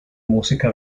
música